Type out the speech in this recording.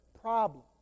problem